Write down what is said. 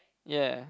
ya